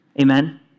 Amen